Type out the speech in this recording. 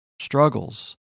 struggles